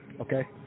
Okay